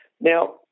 Now